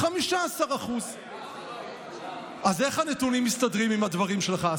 15%. אז איך הנתונים מסתדרים עם הדברים שלך,